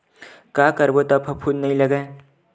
का करबो त फफूंद नहीं लगय?